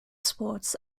sports